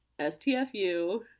STFU